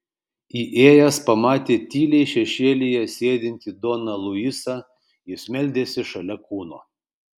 įėjęs pamatė tyliai šešėlyje sėdintį doną luisą jis meldėsi šalia kūno